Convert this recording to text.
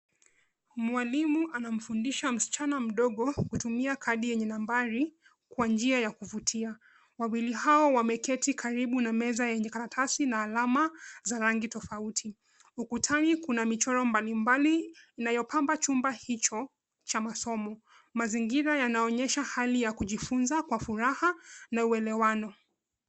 Mwalimu anamfundisha msichana mdogo kutumia kadi yenye nambari kwa njia ya kuvutia. Wawili hao wameketi karibu na meza yenye karatasi na alama za rangi tofauti. Ukutani kuna michoro mbalimbali inayopamba chumba hicho cha masomo. Mazingira yanaonyesha hali ya kujifunza kwa furaha na uelewano.